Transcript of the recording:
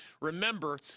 Remember